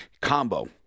combo